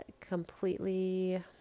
completely